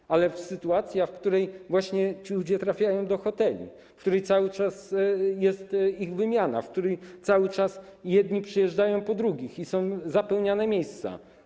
Ale problemem jest sytuacja, w której właśnie ludzie trafiają do hoteli, w których cały czas jest ich wymiana, w których cały czas jedni przyjeżdżają po drugich i są zapełniane miejsca.